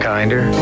Kinder